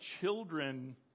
children